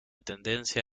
tendencia